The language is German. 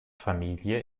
familie